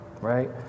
Right